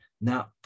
Now